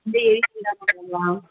இந்த எய்ட் குள்ளே பண்ணுங்களா